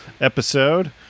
episode